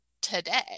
today